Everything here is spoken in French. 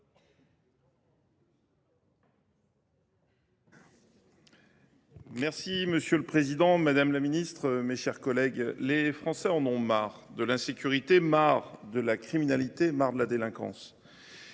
Monsieur le président, madame la ministre, mes chers collègues, les Français en ont marre : marre de l’insécurité, marre de la criminalité, marre de la délinquance